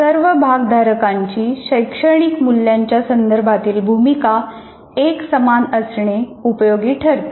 सर्व भागधारकांची शैक्षणिक मूल्यांच्या संदर्भातील भूमिका एकसमान असणे उपयोगी ठरते